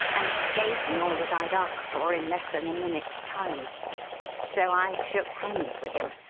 and gave me all that i'd asked for in less than a minute's time so i shook hands with him,